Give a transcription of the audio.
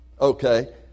Okay